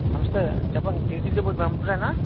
నమస్తే చెప్పండి TTD board మెంబరేనా